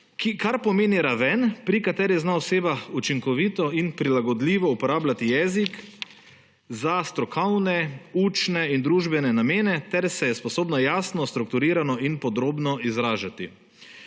kar pomeni raven, pri kateri zna oseba učinkovito in prilagodljivo uporabljati jezik za strokovne, učne in družbene namene ter se je sposobna jasno, strukturirano in podrobno izražati.